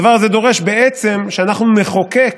הדבר הזה דורש בעצם שאנחנו נחוקק,